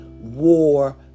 war